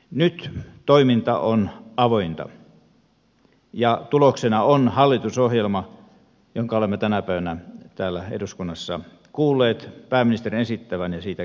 nyt toiminta on avointa ja tuloksena on hallitusohjelma jonka olemme tänä päivänä täällä eduskunnassa kuulleet pääministerin esittävän ja josta olemme keskustelleet